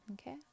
Okay